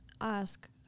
ask